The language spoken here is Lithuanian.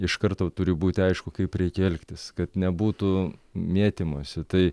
iš karto turi būti aišku kaip reikia elgtis kad nebūtų mėtymosi tai